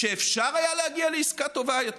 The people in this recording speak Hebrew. "שאפשר היה להגיע לעסקה טובה יותר,